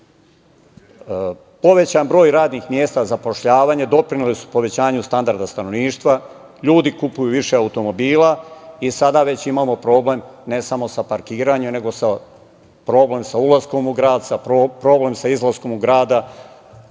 Povećan broj radnih mesta, doprinele su povećanju standardu stanovništva, ljudi kupuju više automobila, i sada već imamo problem, ne samo sa parkiranjem, nego problem sa ulaskom u grad, problem sa izlaskom iz grada,